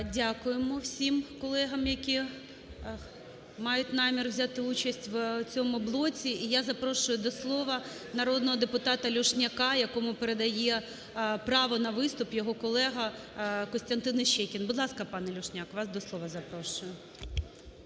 Дякуємо всім колегам, які мають намір взяти участь в цьому блоці. І я запрошую до слова народного депутата Люшняка, якому передає право на виступ його колега Костянтин Іщейкін. Будь ласка, пане Люшняк, вас до слова запрошую.